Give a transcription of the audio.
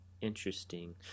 interesting